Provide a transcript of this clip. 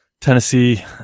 tennessee